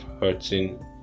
hurting